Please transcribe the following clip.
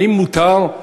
האם מותר?